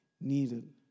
needed